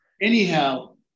anyhow